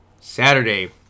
saturday